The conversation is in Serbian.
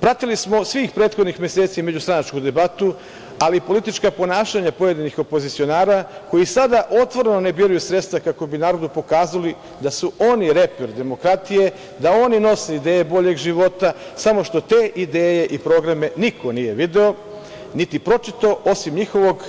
Pratili smo svih prethodnih meseci međustranačku debatu, ali i politička ponašanja pojedinih opozicionara koji sada otvoreno ne biraju sredstva kako bi narodu pokazali da su oni reper demokratije, da oni nose ideje boljeg života, samo što te ideje i programe niko nije video, niti pročitao osim njihovog